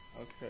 Okay